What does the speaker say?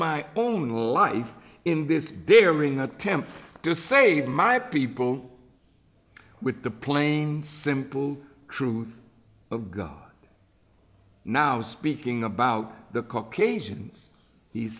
my own life in this day or even attempt to save my people with the plain simple truth of god now speaking about the caucasians he